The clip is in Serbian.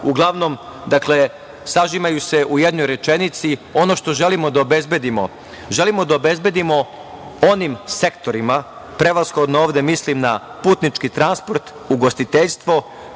ovog zakona sažimaju se u jednoj rečenici - ono što želimo da obezbedimo - želimo da obezbedimo onim sektorima, prevashodno ovde mislim na putnički transport, ugostiteljstvo,